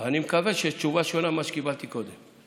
אני מקווה שיש תשובה שונה ממה שקיבלתי קודם.